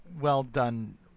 well-done